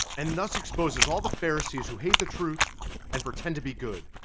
and thus exposes all the pharisees who hate the truth and pretend to be good.